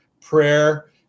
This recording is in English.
prayer